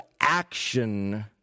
action